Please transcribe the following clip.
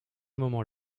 moment